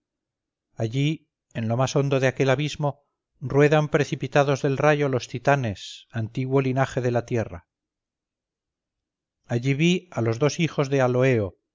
allí en lo más hondo de aquel abismo ruedan precipitados del rayo los titanes antiguo linaje de la tierra allí vi a los dos hijos de aloeo